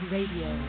Radio